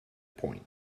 point